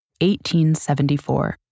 1874